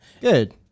Good